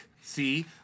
see